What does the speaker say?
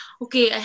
okay